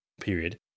period